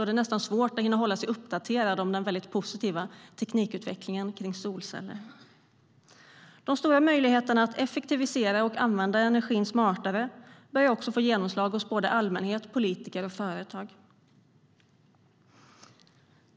Det är nästan svårt att hinna hålla sig uppdaterad om den väldigt positiva teknikutvecklingen kring solceller. De stora möjligheterna att effektivisera och använda energin smartare börjar också få genomslag hos allmänhet, politiker och företag.